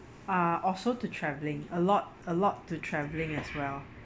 uh also to travelling a lot a lot to travelling as well